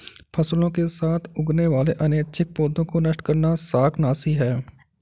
फसलों के साथ उगने वाले अनैच्छिक पौधों को नष्ट करना शाकनाशी है